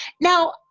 Now